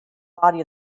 body